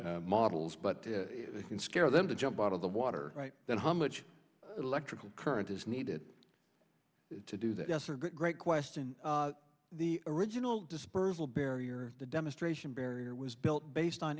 models but you can scare them to jump out of the water right then how much electrical current is needed to do that yes or great question the original dispersal barrier the demonstration barrier was built based on